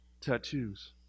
tattoos